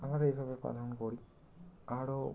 আমরা এইভাবে পালন করি আরও